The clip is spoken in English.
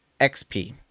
XP